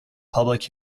public